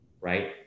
right